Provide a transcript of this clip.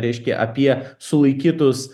reiškia apie sulaikytus